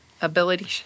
ability